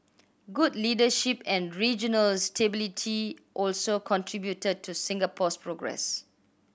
good leadership and regional stability also contributed to Singapore's progress